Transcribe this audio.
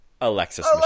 Alexis